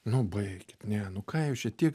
nu baikit ne nu ką jūs čia tiek